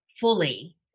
fully